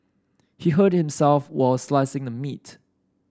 he hurt himself while slicing the meat